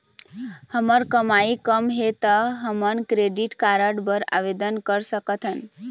हमर कमाई कम हे ता हमन क्रेडिट कारड बर आवेदन कर सकथन?